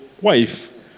wife